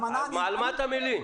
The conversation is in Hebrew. אז על מה אתה מלין?